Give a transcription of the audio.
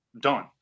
done